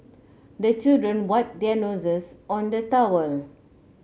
the children wipe their noses on the towel